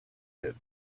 kit